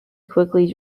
quickly